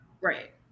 Right